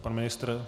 Pan ministr?